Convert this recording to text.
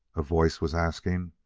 a voice was asking.